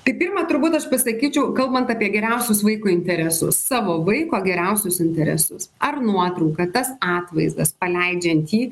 tai pirma turbūt aš pasakyčiau kalbant apie geriausius vaikui interesus savo vaiko geriausius interesus ar nuotrauką tas atvaizdas paleidžiant jį